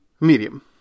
Medium